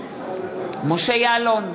משה יעלון,